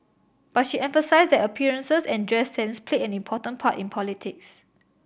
but she emphasised that appearances and dress sense played an important part in politics